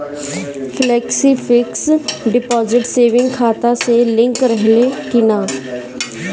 Flexi fix deposit saving खाता से link रहले कि ना?